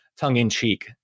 tongue-in-cheek